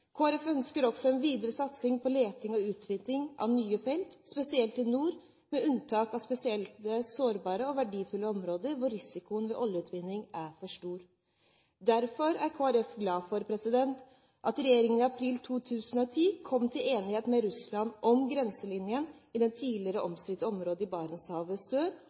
ønsker også en videre satsing på leting og utvinning av nye felt, spesielt i nord, med unntak av spesielt sårbare og verdifulle områder hvor risikoen ved oljeutvinning er for stor. Derfor er Kristelig Folkeparti glad for at regjeringen i april 2010 kom til enighet med Russland om grenselinjen i det tidligere omstridte området i Barentshavet sør